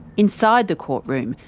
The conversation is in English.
inside the courtroom,